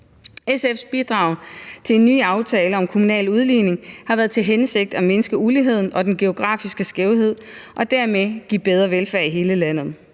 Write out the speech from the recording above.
SF's bidrag til en ny aftale om kommunal udligning har haft til hensigt at mindske uligheden og den geografiske skævhed og dermed give bedre velfærd i hele landet.